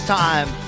time